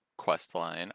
questline